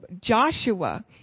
Joshua